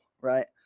right